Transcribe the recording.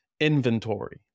inventory